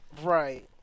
Right